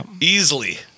Easily